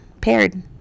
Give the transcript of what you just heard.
paired